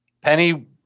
Penny